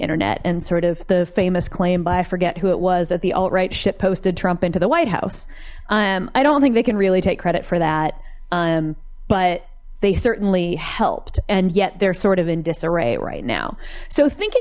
internet and sort of the famous claim but i forget who it was that the alt right shit posted trump into the white house i don't think they can really take credit for that but they certainly helped and yet they're sort of in disarray right now so thinking